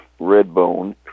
Redbone